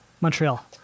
Montreal